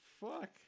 fuck